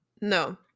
No